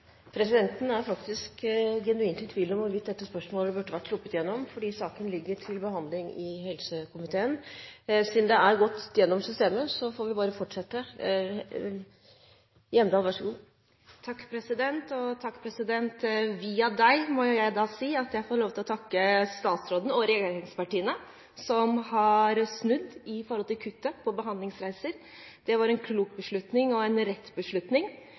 Presidenten er genuint i tvil om dette spørsmålet burde vært sluppet gjennom fordi saken ligger til behandling i helsekomiteen. Siden det har gått igjennom systemet, får vi bare fortsette. Hjemdal, vær så god. Takk, president, og via presidenten må jeg få lov til å takke statsråden og regjeringspartiene, som har snudd når det gjelder kuttet på behandlingsreiser. Det var en klok beslutning og en rett beslutning.